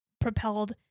propelled